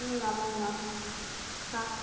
ம் ஆமாங்கண்ணா ஆ